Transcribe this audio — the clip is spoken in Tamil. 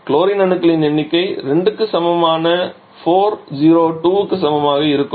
குளோரின் அணுக்களின் எண்ணிக்கை 2 க்கு சமமான 4 0 2 க்கு சமமாக இருக்கும்